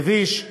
מביש.